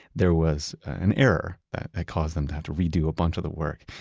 there was an error that caused them to have to redo a bunch of the work,